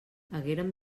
hagueren